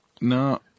No